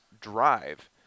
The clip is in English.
Drive